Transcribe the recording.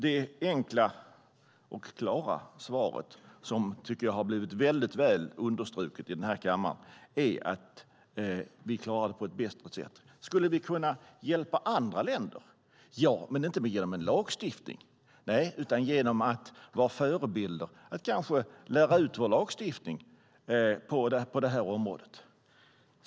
Det enkla och klara svaret, som jag tycker har understrukits väldigt väl i den här kammaren, är att vi klarar det på ett bättre sätt. Skulle vi kunna hjälpa andra länder? Ja, men inte genom en lagstiftning utan genom att vara förebilder och kanske lära ut vår lagstiftning på området.